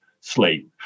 sleep